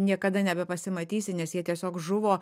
niekada nebepasimatysi nes jie tiesiog žuvo